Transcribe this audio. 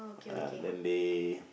uh then they